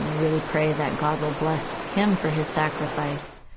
you know really pray that god will bless him for his sacrifice.